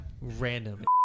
Random